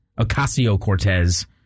Ocasio-Cortez